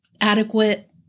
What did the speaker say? adequate